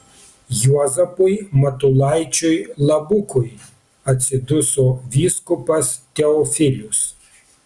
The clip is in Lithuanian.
juozapui matulaičiui labukui atsiduso vyskupas teofilius